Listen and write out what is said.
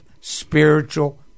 spiritual